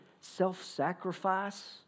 self-sacrifice